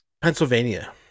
Pennsylvania